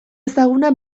ezaguna